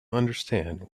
understand